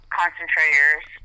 concentrators